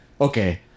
Okay